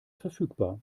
verfügbar